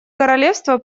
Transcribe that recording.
королевство